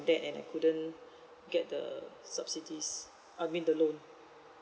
that and I couldn't get the subsidies I mean the loan